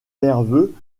nerveux